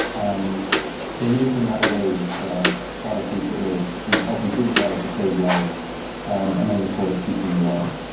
um donating that away to charities that will you know help improve lives or save lives among the poorest people in the world.